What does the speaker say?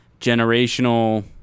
Generational